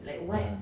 mm